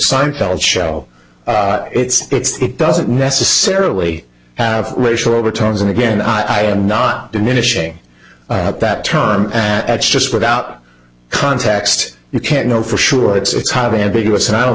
seinfeld show it's it doesn't necessarily have racial overtones and again i am not diminishing that term at just without context you can't know for sure it's kind of ambiguous and i don't